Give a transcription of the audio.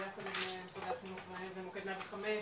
ביחד עם משרדי החינוך ומוקד 105,